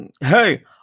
hey